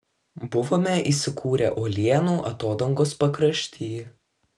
buvome įsikūrę uolienų atodangos pakrašty